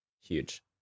Huge